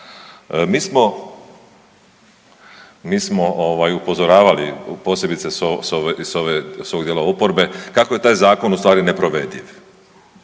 mi smo ovaj upozoravali posebice s ove, s ovog dijela oporbe kako je taj zakon u stvari neprovediv.